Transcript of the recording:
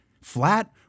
Flat